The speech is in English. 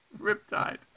Riptide